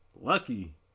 Lucky